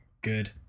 good